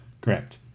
Correct